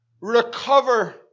recover